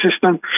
system